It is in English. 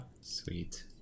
Sweet